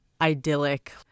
idyllic